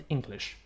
English